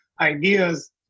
ideas